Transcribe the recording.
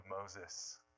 Moses